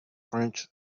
french